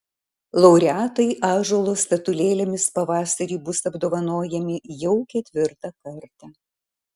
laureatai ąžuolo statulėlėmis pavasarį bus apdovanojami jau ketvirtą kartą